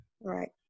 Right